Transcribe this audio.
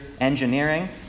engineering